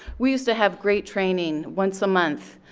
we used to have great training, once a month.